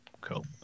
Cool